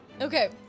Okay